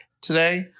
today